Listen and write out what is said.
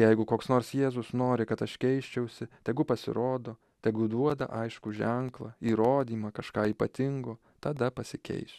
jeigu koks nors jėzus nori kad aš keisčiausi tegu pasirodo tegul duoda aiškų ženklą įrodymą kažką ypatingo tada pasikeis